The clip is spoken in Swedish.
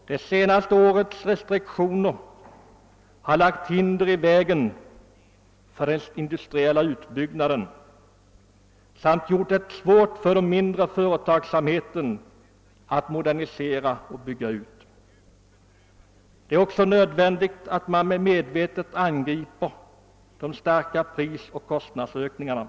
Det senaste årets restriktioner har lagt hinder i vägen för den industriella tillväxten samt gjort det svårt för den mindre företagsamheten att modernisera och hygga ut. Det är också av nöden att man medvetet angriper de stora prisoch kostnadsökningarna.